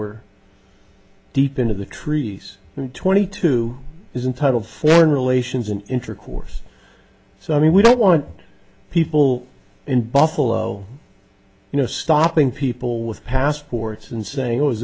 we're deep into the trees and twenty two is entitled foreign relations and intercourse so i mean we don't want people in buffalo you know stopping people with passports and saying oh is